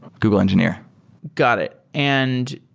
google engineer got it. and